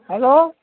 hello